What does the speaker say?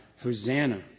Hosanna